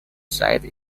site